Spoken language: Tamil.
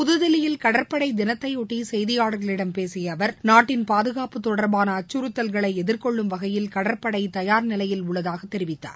புதுதில்லியில் கடற்படை தினத்தையொட்டி செய்தியாளர்களிடம் பேசிய அவர் நாட்டின் பாதுகாப்பு தொடர்பான அச்கறுத்தல்களை எதிர்கொள்ளும் வகையில் கடற்படை தயார் நிலையில் உள்ளதாக தெரிவித்தார்